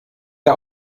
der